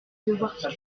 devoir